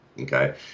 Okay